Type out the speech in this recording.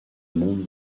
monde